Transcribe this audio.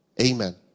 Amen